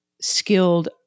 skilled